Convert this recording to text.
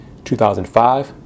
2005